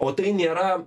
o tai nėra